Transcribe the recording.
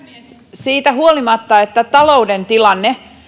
siitä huolimatta että talouden tilanne